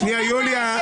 פוגע בהייטק --- יוליה,